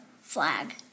flag